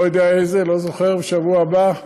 לא יודע איזה, לא זוכר, בשבוע הבא,